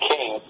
King